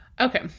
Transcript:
Okay